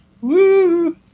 Woo